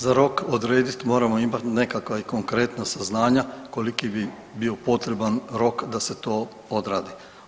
Za rok odrediti moramo imati nekakva konkretna saznanja koliki bi bio potreban rok da se to odradi.